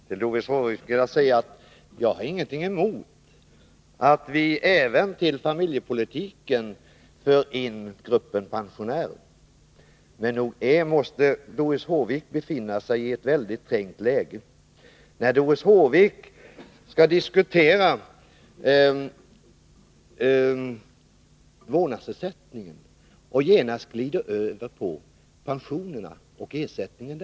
Herr talman! Till Doris Håvik vill jag säga att jag inte har något emot att vi till familjepolitiken för över även gruppen pensionärer. Men nog måste Doris Håvik befinna sig i ett väldigt trängt läge, eftersom hon när hon skall diskutera vårdnadsersättningen genast glider över på pensionernas storlek.